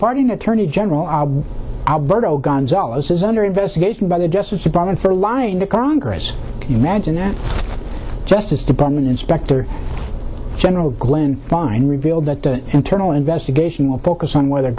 pardon attorney general alberto gonzales is under investigation by the justice department for lying to congress imagine that justice department inspector general glenn fine revealed that the internal investigation will focus on whether